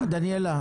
דניאלה,